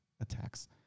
attacks